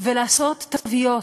ולעשות תוויות: